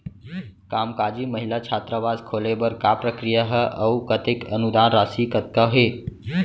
कामकाजी महिला छात्रावास खोले बर का प्रक्रिया ह अऊ कतेक अनुदान राशि कतका हे?